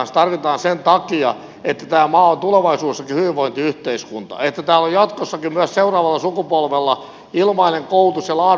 niitä tarvitaan sen takia että tämä maa on tulevaisuudessakin hyvinvointiyhteiskunta että täällä on jatkossakin myös seuraavalla sukupolvella ilmainen koulutus ja laadukas terveydenhoito